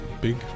big